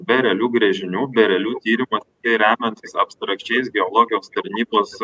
be realių gręžinių be realių tyrimų ir remiantis abstrakčiais geologijos tarnybos